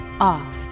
off